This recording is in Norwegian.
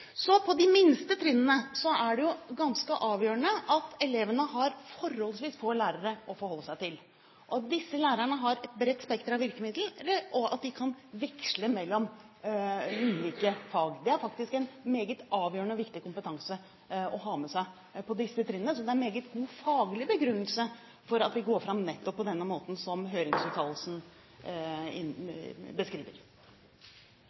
På de minste trinnene er det ganske avgjørende at elvene har forholdsvis få lærere å forholde seg til, og at disse lærerne har et bredt spekter av virkemidler, og at de kan veksle mellom ulike fag. Det er faktisk en meget avgjørende og viktig kompetanse å ha med seg på disse trinnene. Så det er meget god faglig begrunnelse for at vi går fram nettopp på den måten som høringsuttalelsen